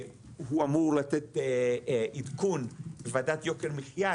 הוא אמור לתת עדכון בוועדת יוקר המחייה.